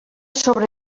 sobre